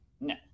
No